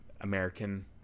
American